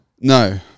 No